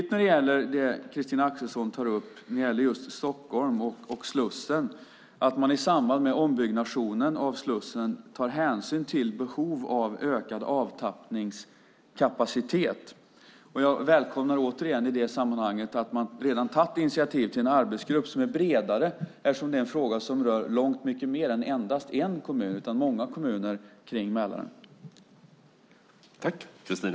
När det gäller det Christina Axelsson tar upp om Stockholm och Slussen är det viktigt att man i samband med ombyggnationen av Slussen tar hänsyn till behovet av ökad avtappningskapacitet. I det sammanhanget välkomnar jag återigen att man redan tagit initiativ till en arbetsgrupp som är bredare, eftersom det är en fråga som rör långt många fler än endast en kommun. Den rör många kommuner kring Mälaren.